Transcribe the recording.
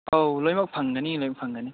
ꯑꯥꯎ ꯂꯣꯏꯅꯃꯛ ꯐꯪꯒꯅꯤ ꯂꯣꯏ ꯐꯪꯒꯅꯤ